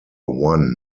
one